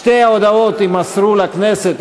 שתי ההודעות יימסרו לכנסת,